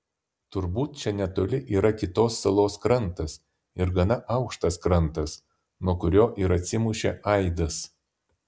turbūt čia netoli yra kitos salos krantas ir gana aukštas krantas nuo kurio ir atsimušė aidas